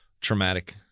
traumatic